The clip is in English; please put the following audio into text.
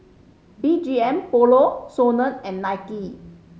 B G M Polo SONA and Nike